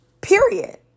Period